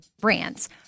brands